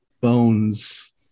bones